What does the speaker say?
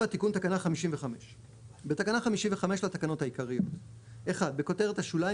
תיקון תקנה 55 7. בתקנה 55 לתקנות העיקריות - בכותרת השוליים,